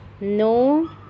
no